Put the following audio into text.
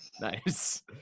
Nice